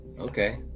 Okay